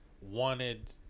wanted